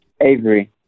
Avery